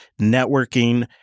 networking